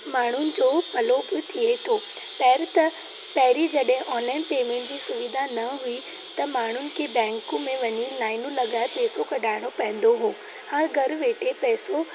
माण्हुनि जो भलो बि थिए थो पैर त पहिरीं जॾहिं ऑनलाइन सुविधा न हुई त माण्हुनि खे बैंकुनि में वञी पैसो कढाइणो पवंदो हो हाणे घरु वेठे पैसो